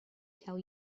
tell